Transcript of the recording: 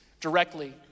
directly